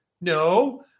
no